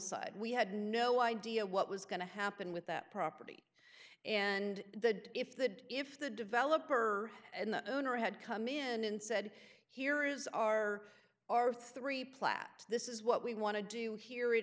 side we had no idea what was going to happen with that property and that if that if the developer and the owner had come in and said here is our our three plat this is what we want to do here it